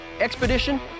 Expedition